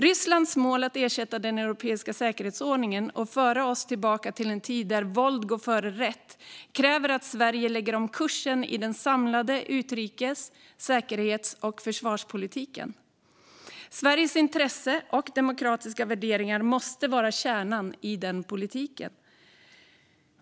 Rysslands mål att ersätta den europeiska säkerhetsordningen och föra oss tillbaka till en tid där våld går före rätt kräver att Sverige lägger om kursen i den samlade utrikes, säkerhets och försvarspolitiken. Sveriges intressen och demokratiska värderingar måste vara kärnan i den politiken.